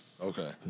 Okay